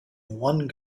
one